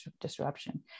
disruption